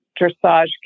dressage